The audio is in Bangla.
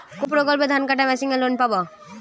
কোন প্রকল্পে ধানকাটা মেশিনের লোন পাব?